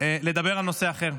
לדבר על נושא אחר.